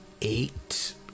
eight